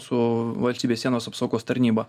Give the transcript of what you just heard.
su valstybės sienos apsaugos tarnyba